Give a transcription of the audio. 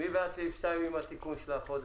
מי בעד סעיף 2 עם התיקון של החודש?